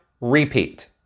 repeat